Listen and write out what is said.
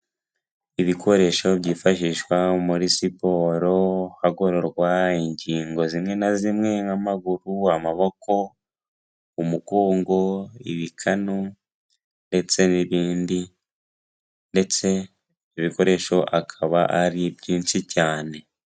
Ibikoresho byifashishwa muri siporo, hagororwa ingingo zimwe na zimwe nk'amaguru, amaboko, umugongo, ibikanu, ndetse n'ibindi ndetse ibikoresho akaba ari byinshi cyane.